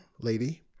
lady